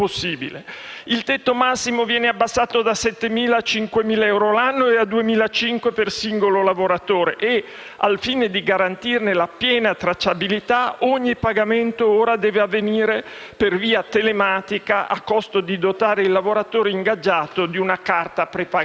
Il tetto massimo viene abbassato da 7.000 a 5.000 euro l'anno e a 2.500 euro per singolo lavoratore e, al fine di garantirne la piena tracciabilità, ogni pagamento ora deve avvenire per via telematica, a costo di dotare il lavoratore ingaggiato di una carta prepagata.